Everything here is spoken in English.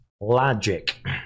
logic